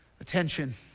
attention